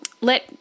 let